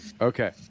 Okay